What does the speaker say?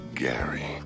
Gary